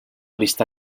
vista